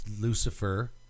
Lucifer